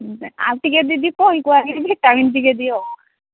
ଉଁ ଆଉ ଟିକେ ଦିଦି କହିକୁହା କରି ଭିଟାମିନ ଟିକେ ଦିଅ